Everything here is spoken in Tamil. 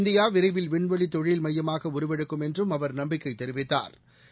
இந்தியா விரைவில் விண்வெளி தொழில் மையமாக உருவெடுக்கும் என்றும் அவர் நம்பிக்கை தெரிவித்தாா்